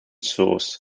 source